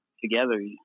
together